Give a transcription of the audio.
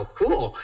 cool